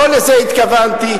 לא לזה התכוונתי,